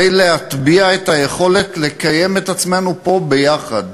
להטביע את היכולת לקיים את עצמנו פה יחד.